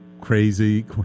crazy